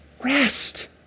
rest